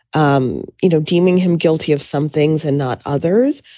um you know, deeming him guilty of some things and not others.